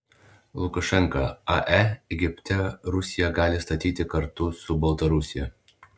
lukašenka ae egipte rusija gali statyti kartu su baltarusija